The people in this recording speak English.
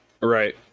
Right